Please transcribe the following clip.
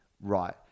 right